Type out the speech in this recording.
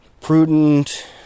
prudent